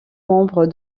nombre